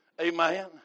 Amen